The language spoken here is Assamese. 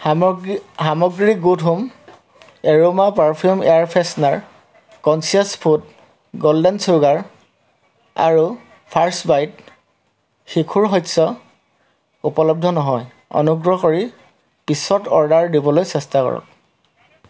সামগ্ৰী সামগ্ৰী good home aroma perfume air freshener conscious food golden sugar আৰু ফাৰ্ষ্ট বাইট শিশুৰ শস্য উপলব্ধ নহয় অনুগ্ৰহ কৰি পিছত অৰ্ডাৰ দিবলৈ চেষ্টা কৰক